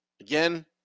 Again